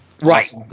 Right